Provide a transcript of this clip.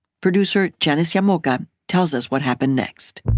producer janice yeah llamoca tells us what happened next